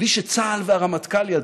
בלי שצה"ל והרמטכ"ל ידעו?